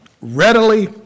readily